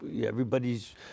everybody's